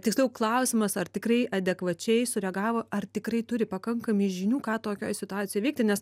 tiksliau klausimas ar tikrai adekvačiai sureagavo ar tikrai turi pakankamai žinių ką tokioj situacijoj veikti nes